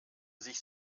sich